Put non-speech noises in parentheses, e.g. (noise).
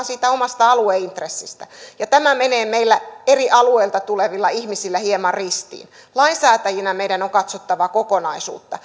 (unintelligible) siitä omasta alueintressistä ja tämä menee meillä eri alueilta tulevilla ihmisillä hieman ristiin lainsäätäjinä meidän on katsottava kokonaisuutta (unintelligible)